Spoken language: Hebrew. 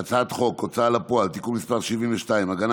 הצעת חוק ההוצאה לפועל (תיקון מס' 72) (הגנה